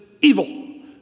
evil